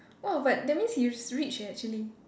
oh but that means he's rich eh actually